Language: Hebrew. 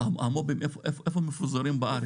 איפה המו"פים האלה מפוזרים בארץ?